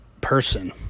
person